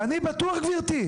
ואני בטוח גברתי.